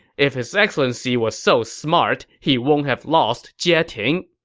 if his excellency was so smart, he won't have lost jieting.